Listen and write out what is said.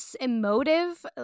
Emotive